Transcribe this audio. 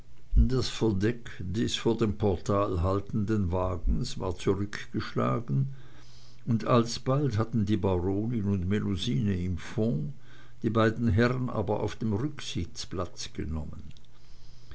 das verdeck des vor dem portal haltenden wagens war zurückgeschlagen und alsbald hatten die baronin und melusine im fond die beiden herren aber auf dem rücksitz platz genommen